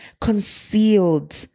concealed